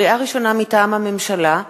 לקריאה ראשונה, מטעם הממשלה: